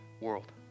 world